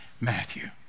Matthew